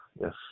Yes